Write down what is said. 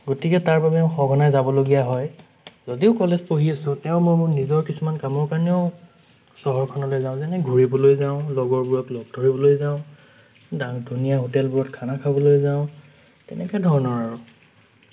গতিকে তাৰ বাবে সঘনাই যাবলগীয়া হয় যদিও কলেজ পঢ়ি আছোঁ তেও মোৰ নিজৰ কিছুমান কামৰ কাৰণেও চহৰখনলৈ যাওঁ যেনে ঘুৰিবলৈ যাওঁ লগৰবোৰক লগ ধৰিবলৈ যাওঁ ডা ধুনীয়া হোটেলবোৰত খানা খাবলৈ যাওঁ তেনেকৈ ধৰণৰ আৰু